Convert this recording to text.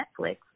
Netflix